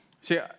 See